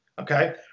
okay